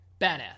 Badass